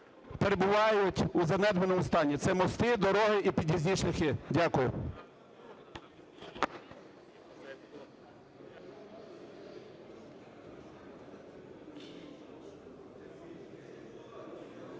перебувають у занедбаному стані, це мости, дороги і під'їзні шляхи. Дякую.